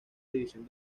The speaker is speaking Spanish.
división